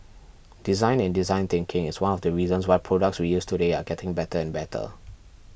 design and design thinking is one of the reasons why products we use today are getting better and better